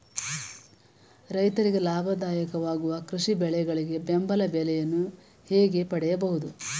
ರೈತರಿಗೆ ಲಾಭದಾಯಕ ವಾಗುವ ಕೃಷಿ ಬೆಳೆಗಳಿಗೆ ಬೆಂಬಲ ಬೆಲೆಯನ್ನು ಹೇಗೆ ಪಡೆಯಬಹುದು?